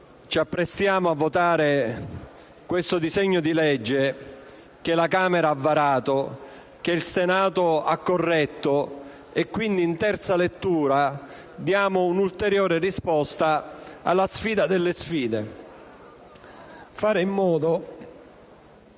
ci apprestiamo a votare questo disegno di legge, che la Camera ha varato ed il Senato ha corretto. Ci troviamo ora in terza lettura, cercando di dare un'ulteriore risposta alla sfida delle sfide: fare in modo